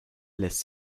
lässt